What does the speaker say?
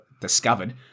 discovered